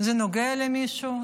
זה נוגע למישהו?